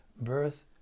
birth